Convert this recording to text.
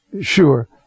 sure